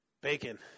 Bacon